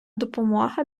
допомога